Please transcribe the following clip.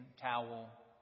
towel